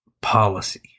Policy